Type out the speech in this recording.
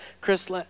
Chris